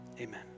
Amen